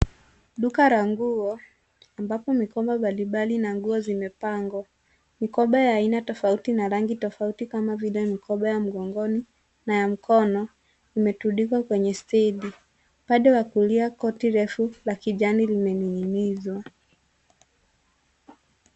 Duka la nguo ambapo mikoba mbalimbali na nguo zimepangwa. Mikoba ya aina tofauti na rangi tofauti kama vile mikoba ya mgongoni na ya mkono imetundikwa kwenye stendi. Upande wa kulia koti refu la kijani limening'inizwa.